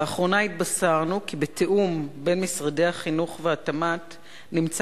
באחרונה התבשרנו כי בתיאום בין משרדי החינוך והתמ"ת נמצא